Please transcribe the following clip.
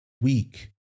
weak